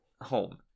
home